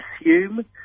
assume